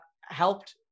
helped